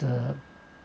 the